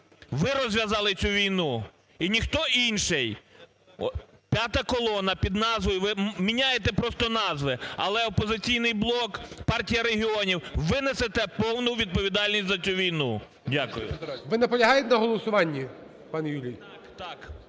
ви розв'язали цю війну і ніхто інший. "П'ята колона" під назвою, ви міняєте просто назви, але "Опозиційний блок", Партія регіонів – ви несете повну відповідальність за цю війну. Дякую. ГОЛОВУЮЧИЙ. Ви наполягаєте на голосуванні, пане Юрій? БЕРЕЗА